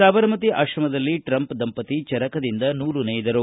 ಸಾಬರಮತಿ ಆಶ್ರಮದಲ್ಲಿ ಟ್ರಂಪ್ ದಂಪತಿ ಚರಕದಿಂದ ನೂಲು ನೇಯ್ದರು